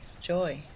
joy